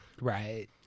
Right